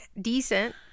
decent